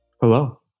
Hello